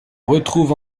retrouve